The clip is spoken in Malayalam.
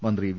മന്ത്രി വി